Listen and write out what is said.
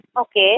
Okay